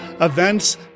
Events